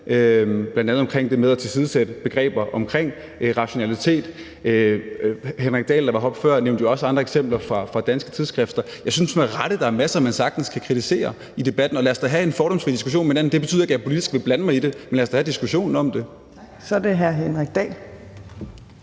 lande, bl.a. om det med at tilsidesætte begreber omkring rationalitet. Henrik Dahl, der var heroppe før, nævnte jo også andre eksempler fra danske tidsskrifter. Jeg synes, der er masser, man med rette sagtens kan kritisere i debatten. Og lad os da have en fordomsfri diskussion. Men det betyder ikke, at jeg politisk vil blande mig i det. Men lad os tage diskussionen om det. Kl. 12:52 Fjerde